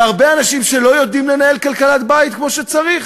והרבה אנשים שלא יודעים לנהל כלכלת בית כמו שצריך,